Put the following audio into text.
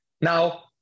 Now